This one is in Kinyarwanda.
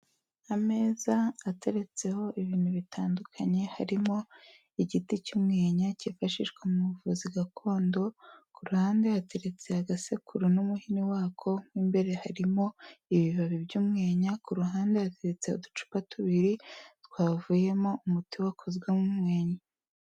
Ameza ateretseho ibintu bitandukanye harimo igiti cy'umwenya cyifashishwa mu buvuzi gakondo, ku ruhande hateretse agasekuru n'umuhini wako, mo imbere harimo ibibabi by'umwenya, ku ruhande hateretse uducupa tubiri twavuyemo umuti wakozwemo umwenyo.